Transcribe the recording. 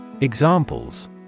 Examples